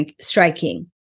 striking